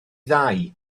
ddau